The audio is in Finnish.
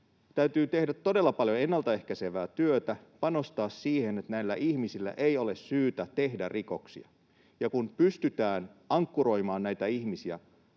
täytyy tehdä todella paljon ennaltaehkäisevää työtä, panostaa siihen, että näillä ihmisillä ei ole syytä tehdä rikoksia, ja kun pystytään ankkuroimaan näitä ihmisiä